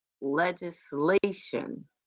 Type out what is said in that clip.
legislation